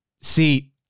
see